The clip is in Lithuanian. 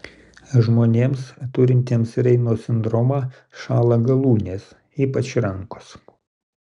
žmonėms turintiems reino sindromą šąla galūnės ypač rankos